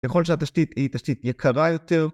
ככל שהתשתית היא תשתית יקרה יותר